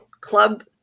Club